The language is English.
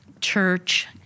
church